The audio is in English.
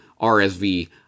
rsv